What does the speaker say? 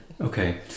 Okay